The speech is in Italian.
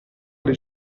alle